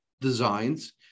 designs